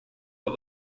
but